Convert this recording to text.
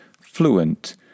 fluent